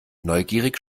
neugierig